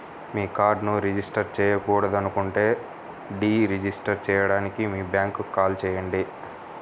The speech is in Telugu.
మీ కార్డ్ను రిజిస్టర్ చేయకూడదనుకుంటే డీ రిజిస్టర్ చేయడానికి మీ బ్యాంక్కు కాల్ చేయండి